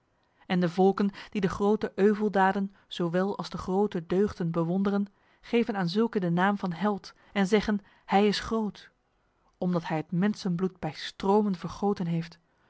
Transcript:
en de volken die de grote euveldaden zowel als de grote deugden bewonderen geven aan zulke de naam van held en zeggen hij is groot omdat hij het mensenbloed bij stromen vergoten heeft